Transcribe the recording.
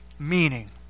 meaning